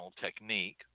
technique